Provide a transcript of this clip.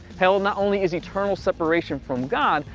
hell not only is eternal separation from god,